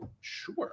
sure